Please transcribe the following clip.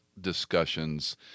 discussions